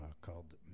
called